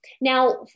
Now